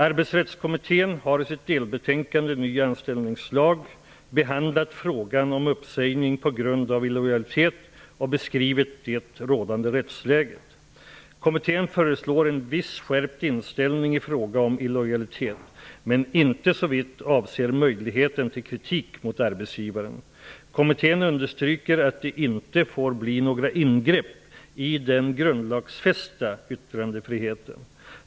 Arbetsrättskommittén har i sitt delbetänkande Ny anställningslag behandlat frågan om uppsägning på grund av illojalitet och beskrivit det rådande rättsläget. Kommittén föreslår en viss skärpt inställning i fråga om illojalitet men inte såvitt avser möjligheten till kritik mot arbetsgivaren. Kommittén understryker att det inte får bli några ingrepp i den grundlagsfästa yttrandefriheten.